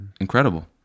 incredible